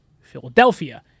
Philadelphia